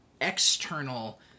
external